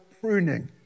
pruning